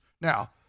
Now